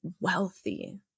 Wealthy